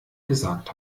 gesagt